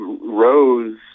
rose